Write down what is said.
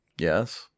Yes